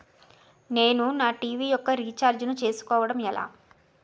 నేను నా టీ.వీ యెక్క రీఛార్జ్ ను చేసుకోవడం ఎలా?